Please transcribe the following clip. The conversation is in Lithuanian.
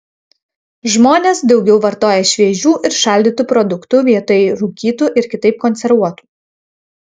žmonės daugiau vartoja šviežių ir šaldytų produktų vietoj rūkytų ir kitaip konservuotų